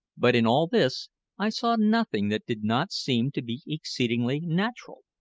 but in all this i saw nothing that did not seem to be exceedingly natural,